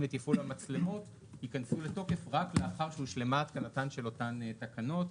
לתפעול המצלמות ייכנסו לתוקף רק לאחר שהושלמה התקנתן של אותן תקנות.